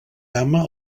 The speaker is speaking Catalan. gamma